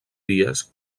dies